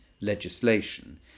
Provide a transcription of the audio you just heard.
legislation